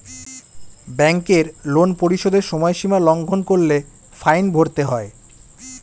ব্যাংকের লোন পরিশোধের সময়সীমা লঙ্ঘন করলে ফাইন ভরতে হয়